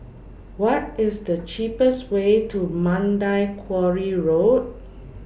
What IS The cheapest Way to Mandai Quarry Road